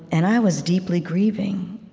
and i was deeply grieving.